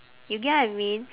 you get what I mean